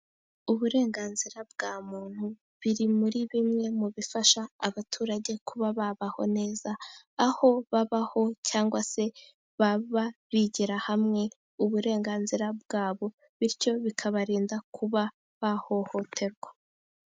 Uburenganzira bwa muntu, biri muri bimwe mu bifasha abaturage kuba babaho neza, aho babaho cyangwa se baba bigira hamwe uburenganzira bwabo, bityo bikabarinda kuba bahohoterwa.